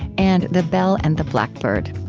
and the bell and the blackbird.